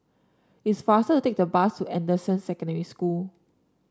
it's faster to take the bus to Anderson Secondary School